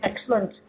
Excellent